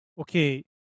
Okay